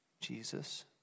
Jesus